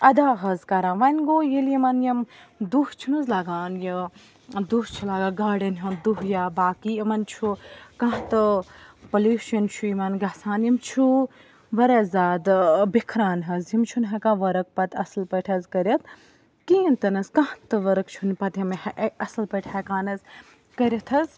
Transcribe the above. اَدا حظ کَران ونۍ گوٚو ییٚلہِ یِمَن یِم دُہ چھِ نہٕ حظ لَگان یہِ دُہ چھِ لَگان گاڑٮ۪ن ہُنٛد دُہ یا باقٕے یِمَن چھُ کانٛہہ تہٕ پلیوشَن چھُ یِمَن گژھان یِم چھُ واریاہ زیادٕ بِکھران حظ یِم چھِنہٕ ہٮ۪کان ؤرٕک پَتہٕ اَصل پٲٹھۍ حظ کٔرِتھ کِہیٖنۍ تہِ نہ حظ کانٛہہ تہِ ؤرٕک چھُنہٕ پَتہٕ یِم اَصٕل پٲٹھۍ ہٮ۪کان حظ کٔرِتھ حظ